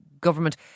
government